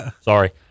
Sorry